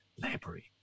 library